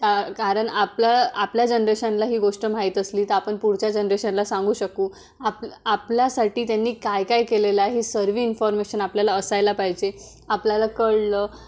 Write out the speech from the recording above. का कारण आपला आपल्या जनरेशनला ही गोष्ट माहीत असली तरं आपण पुढच्या जनरेशनला सांगू शकू आपल्या आपल्यासाठी त्यांनी काय काय केलेलं आहे ही सर्व इन्फॉर्मेशन आपल्याला असायला पाहिजे आपल्याला कळलं